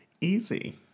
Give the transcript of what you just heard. Easy